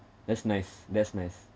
that's nice that's nice